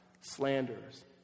slanders